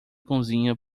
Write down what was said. cozinha